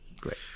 Great